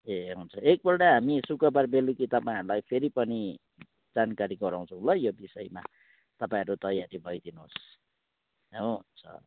ए हुन्छ एकपल्ट हामी शुक्रबार बेलुकी तपाईँहरूलाई फेरि पनि जानकारी गराउँछौँ ल यो विषयमा तपाईँहरू तयारी भइदिनुहोस् हुन्छ